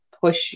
push